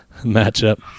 matchup